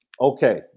Okay